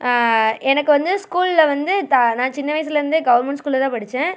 எனக்கு வந்து ஸ்கூலில் வந்து தா நான் சின்ன வயசுலேருந்தே கவர்மெண்ட் ஸ்கூலில்ல தான் படித்தேன்